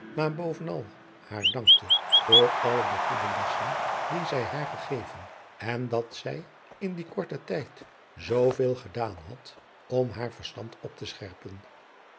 maar bovenal haar dankte voor alle de goede lessen die zij haar gegeven en dat zij in dien korten tijd zoo veel gedaan had om haar verstand op te scherpen